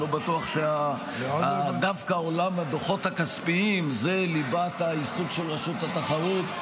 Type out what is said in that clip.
לא בטוח שדווקא עולם הדוחות הכספיים הוא ליבת העיסוק של רשות התחרות.